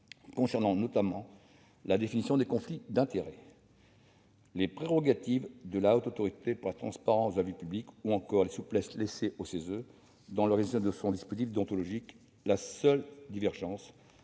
concernant, notamment, la définition des conflits d'intérêts, les prérogatives de la Haute Autorité pour la transparence de la vie publique (HATVP), ou encore les souplesses laissées au CESE dans l'organisation de son dispositif déontologique. La seule divergence concerne